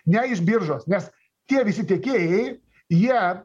ne iš biržos nes tie visi tiekėjai jie